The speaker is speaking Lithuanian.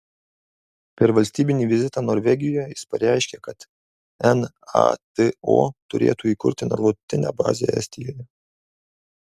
per valstybinį vizitą norvegijoje jis pareiškė kad nato turėtų įkurti nuolatinę bazę estijoje